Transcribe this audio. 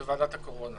בוועדת הקורונה